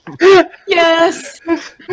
Yes